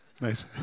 Nice